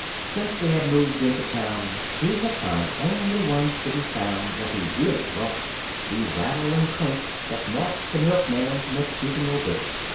since they had moved into town, he had found only one city sound that he really welcomed the rattle and clink that marked the milkman's matutinal visit.